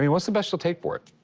what's the best you'll take for it?